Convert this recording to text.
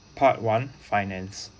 part one finance